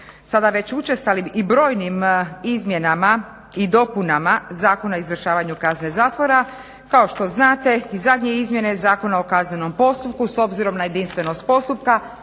sada već učestalim i brojnim izmjenama i dopunama Zakona o izvršavanju kazne zatvora. Kao što znate i zadnje izmjene Zakona o kaznenom postupku s obzirom na jedinstvenost postupka